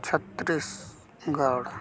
ᱪᱷᱚᱛᱛᱨᱤᱥ ᱜᱚᱲ